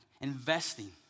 Investing